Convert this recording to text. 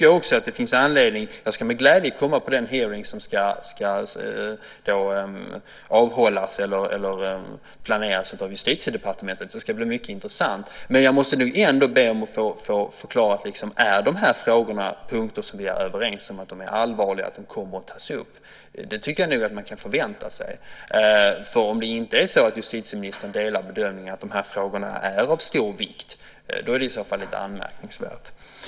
Jag ska vidare med glädje komma till den hearing som planeras av Justitiedepartementet, som ska bli mycket intressant, men jag vill ändå få förklarat om det är de frågor vilkas allvar vi är överens om som kommer att tas upp. Jag tycker att man kan förvänta sig detta. Om det inte är så att justitieministern delar bedömningen att de här frågorna är av stor vikt är det anmärkningsvärt.